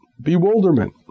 bewilderment